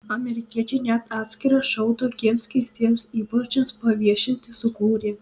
amerikiečiai net atskirą šou tokiems keistiems įpročiams paviešinti sukūrė